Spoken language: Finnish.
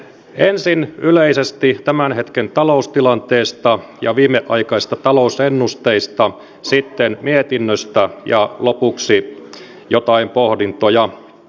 ensin yleisesti tämän hetken taloustilanteesta ja viimeaikaisista talousennusteista sitten mietinnöstä ja lopuksi joitain pohdintoja